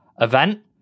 event